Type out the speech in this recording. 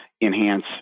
enhance